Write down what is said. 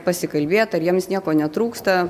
pasikalbėt ar jiems nieko netrūksta